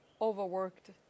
overworked